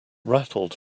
rattled